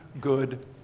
good